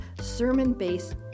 sermon-based